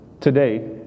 today